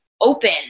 open